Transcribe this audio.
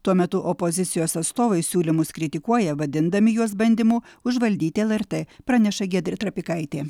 tuo metu opozicijos atstovai siūlymus kritikuoja vadindami juos bandymu užvaldyti lrt praneša giedrė trapikaitė